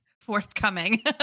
forthcoming